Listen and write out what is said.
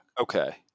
Okay